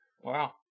Wow